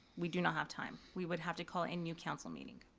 we do not have time. we would have to call a new council meeting.